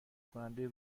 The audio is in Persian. کننده